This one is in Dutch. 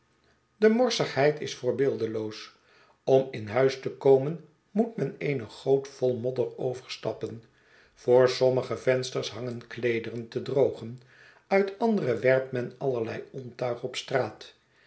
de morsigheid is voorbeeldeloos om in huis tekomen moet men eene goot vol modder overstappen voor sommige vensters hangen kleederen te drogen uit andere werpt men allerlei ontuig op straat